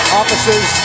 offices